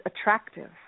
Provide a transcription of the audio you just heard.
attractive